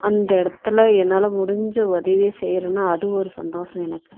அந்த இடத்துல என்னால் முடிஞ்ச உதவிய செய்கிறேனு அது ஒரு சந்தோஷம் எனக்கு